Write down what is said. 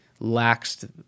laxed